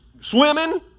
swimming